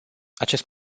acest